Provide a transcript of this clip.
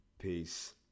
Peace